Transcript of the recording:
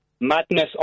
Madness